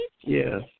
Yes